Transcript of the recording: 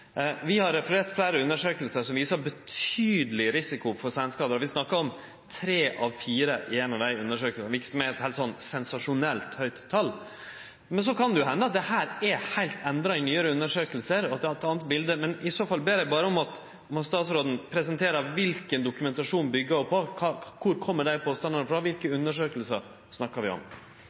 Vi har referert fleire undersøkingar som viser betydeleg risiko for seinskadar. Vi snakkar om tre av fire i ein av dei undersøkingane, noko som er eit sensasjonelt høgt tal. Så kan det jo hende at dette er heilt endra i nyare undersøkingar, og at vi har eit anna bilete, men i så fall ber eg berre om at statsråden presenterer kva dokumentasjon ho byggjer på, kor dei påstandane kjem frå, og kva undersøkingar vi snakkar om.